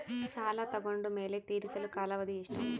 ಸಾಲ ತಗೊಂಡು ಮೇಲೆ ತೇರಿಸಲು ಕಾಲಾವಧಿ ಎಷ್ಟು?